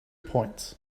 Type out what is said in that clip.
points